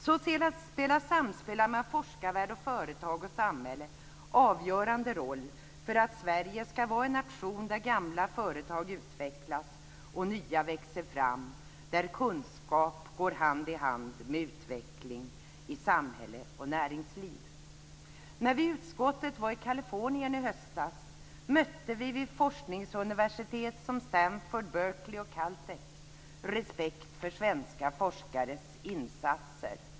Så spelar samspelet mellan forskarvärld, företag och samhälle avgörande roll för att Sverige ska vara en nation där gamla företag utvecklas och nya växer fram, där kunskap går hand i hand med utveckling i samhälle och näringsliv. När utskottet var i Kalifornien i höstas mötte vi vid forskningsuniversitet som Stanford, Berkerley och Caltech respekt för svenska forskares insatser.